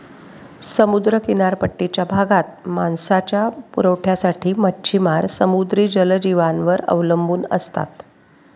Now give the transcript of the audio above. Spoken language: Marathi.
समुद्र किनारपट्टीच्या भागात मांसाच्या पुरवठ्यासाठी मच्छिमार समुद्री जलजीवांवर अवलंबून असतात